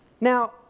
Now